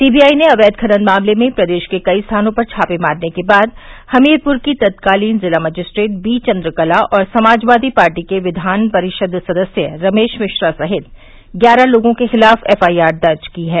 CBI ने अवैध खनन मामले में प्रदेश के कई स्थानों पर छापे मारने के बाद हमीरपुर की तत्कालीन जिला मजिस्ट्रेट बी चंद्रकला और समाजवादी पार्टी के विधान परिषद सदस्य रमेश मिश्रा सहित ग्यारह लोगों के खिलाफ एफआईआर दर्ज की है